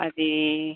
అదీ